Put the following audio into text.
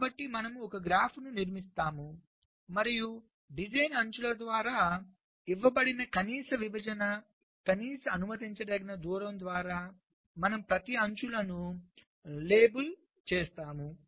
కాబట్టి మనము ఒక గ్రాఫ్ను నిర్మిస్తాము మరియు డిజైన్ అంచుల ద్వారా ఇవ్వబడిన కనీస విభజన కనీస అనుమతించదగిన దూరం ద్వారా మనము ప్రతి అంచులను లేబుల్ చేస్తాము